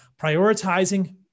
prioritizing